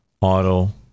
Auto